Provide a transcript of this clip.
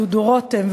דודו רותם,